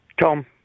Tom